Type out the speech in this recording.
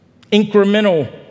incremental